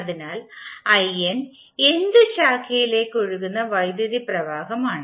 അതിനാൽ in nth ശാഖയിലേക്ക് ഒഴുകുന്ന വൈദ്യുതി പ്രവാഹം ആണ്